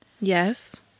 Yes